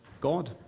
god